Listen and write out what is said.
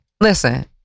listen